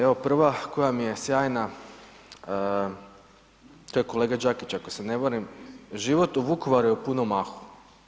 Evo prva koja mi je sjajna to je kolega Đakić ako se ne varam, život u Vukovaru je u punom mahu.